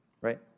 right